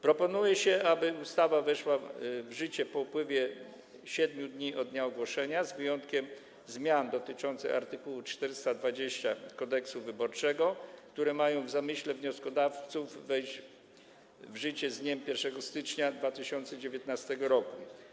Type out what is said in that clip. Proponuje się, aby ustawa weszła w życie po upływie 7 dni od dnia ogłoszenia, z wyjątkiem zmian dotyczących art. 420 Kodeksu wyborczego, które mają w zamyśle wnioskodawców wejść w życie z dniem 1 stycznia 2019 r.